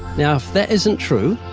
now, if that isn't true,